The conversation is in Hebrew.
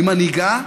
היא מנהיגה,